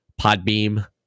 Podbeam